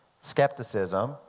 skepticism